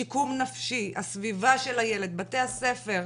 שיקום נפשי, הסביבה של הילד, בתי הספר.